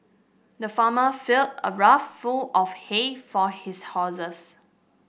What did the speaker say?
the farmer filled a rough full of hay for his horses